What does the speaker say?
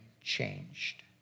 changed